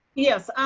yes,